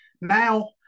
Now